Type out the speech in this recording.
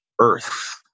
earth